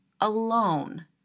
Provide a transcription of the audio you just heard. alone